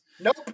Nope